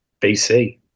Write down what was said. bc